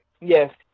Yes